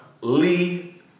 Lee